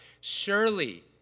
Surely